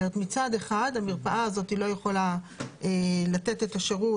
מצד אחד המרפאה הזאת לא יכולה לתת את השירות